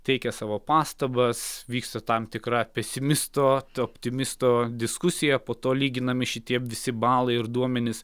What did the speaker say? teikia savo pastabas vyksta tam tikra pesimisto optimisto diskusija po to lyginami šitie visi balai ir duomenys